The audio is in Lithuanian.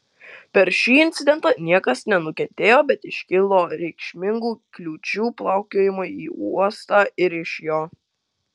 per šį incidentą niekas nenukentėjo bet iškilo reikšmingų kliūčių plaukiojimui į uostą ir iš jo